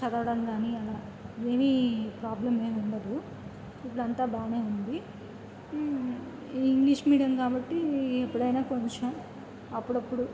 చదవడం కానీ అలా ఏమీ ప్రాబ్లమ్ ఏమి ఉండదు ఇదంతా బాగానే ఉంది ఇంగ్లీష్ మీడియం కాబట్టి ఎప్పుడైనా కొంచెం అప్పుడప్పుడు